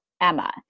Emma